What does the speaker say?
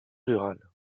rural